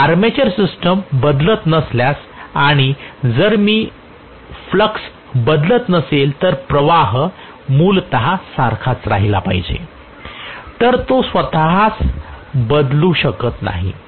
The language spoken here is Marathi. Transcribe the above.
मी आर्मेचर सिस्टम बदलत नसल्यास आणि जर मी जर फ्लक्स बदलत नसेल तर प्रवाह मूलत सारखाच राहिला पाहिजे तर तो स्वतःस बदलू शकत नाही